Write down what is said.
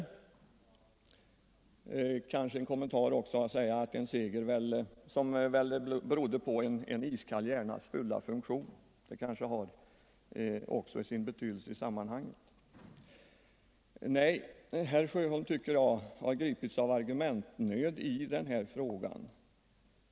Som kommentar kanske jag också kan säga att den segern väl berodde på en iskall hjärnas fulla funktion — det kanske också har sin betydelse i sammanhanget. Nej, jag tycker herr Sjöholm har gripits av argumentnöd i den här frågan.